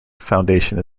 foundation